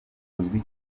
uzwi